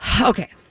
Okay